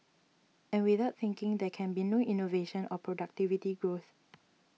and without thinking there can be no innovation or productivity growth